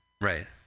Right